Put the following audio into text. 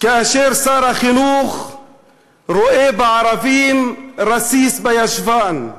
כאשר שר החינוך רואה בערבים רסיס בישבן,